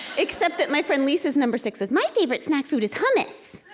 except that my friend lisa's number six was, my favorite snack food is hummus.